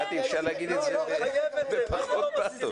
קטי, אפשר להגיד את זה בפחות פאתוס.